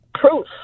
proof